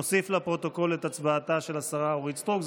נוסיף לפרוטוקול את הצבעתה של השרה אורית סטרוק.